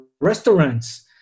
restaurants